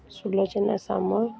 Sulochana Samal